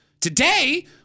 Today